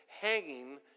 hanging